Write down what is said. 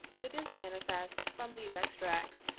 it is manifest, from these extracts,